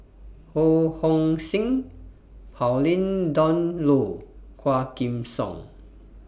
Ho Hong Sing Pauline Dawn Loh Quah Kim Song